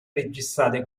registrate